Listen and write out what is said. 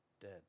dead